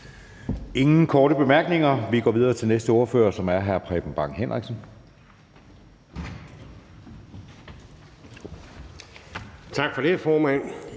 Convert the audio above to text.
ingen korte bemærkninger. Vi går videre til næste ordfører, som er hr. Preben Bang Henriksen.